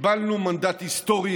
קיבלנו מנדט היסטורי,